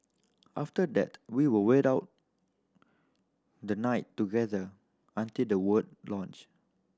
after that we will wait out the night together until the launch